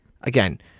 again